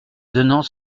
donnant